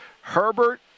Herbert